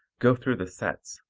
go through the sets,